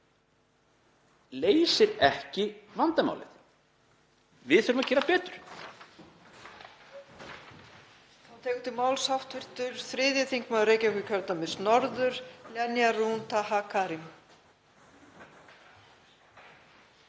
leysir ekki vandamálið. Við þurfum að gera betur.